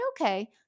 okay